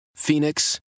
Phoenix